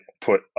put